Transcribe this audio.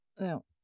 no